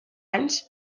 anys